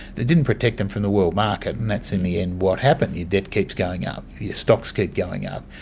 it didn't protect them from the world market, and that's in the end what happened, your debt keeps going up, your stocks keep going up,